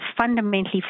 fundamentally